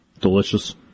Delicious